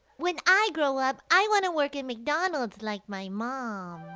when i grow up i want to work at mcdonald's like my mom!